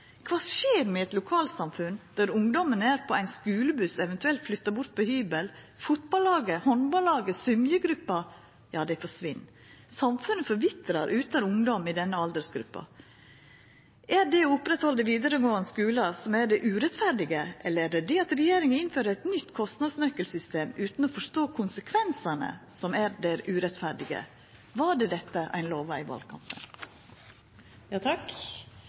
Kva skjer med eit lokalsamfunn der ungdommen er så lenge på ein skulebuss, eventuelt flyttar bort på hybel? Fotballaget, handballaget, symjegruppa – ja, dei forsvinn. Samfunnet forvitrar utan ungdom i den aldersgruppa. Er det det å oppretthalda vidaregåande skular som er det urettferdige, eller er det det at regjeringa innfører eit nytt kostnadsnøkkelsystem utan å forstå konsekvensane, som er det urettferdige? Var det dette ein lova i